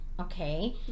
okay